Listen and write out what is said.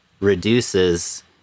reduces